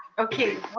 okay,